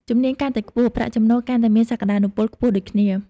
ជំនាញកាន់តែខ្ពស់ ប្រាក់ចំណូលកាន់តែមានសក្តានុពលខ្ពស់ដូចគ្នា។